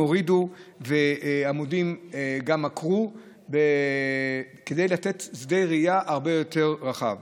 הורידו שלטים וגם עמודים עקרו כדי לתת שדה ראייה הרבה יותר רחב.